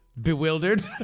Bewildered